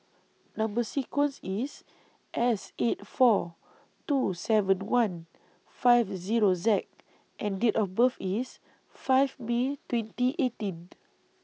Number sequence IS S eight four two seven one five Zero Z and Date of birth IS five May twenty eighteen